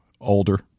older